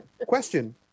question